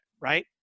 right